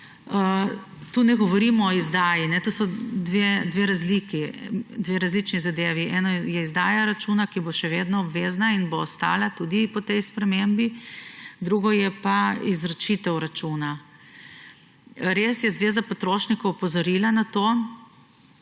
Tu ne govorimo o izdaji. To so dve različni zadevi: eno je izdaja računa, ki bo še vedno obvezna in bo ostala tudi po tej spremembi, drugo je pa izročitev računa. Res je Zveze potrošnikov opozorila na to,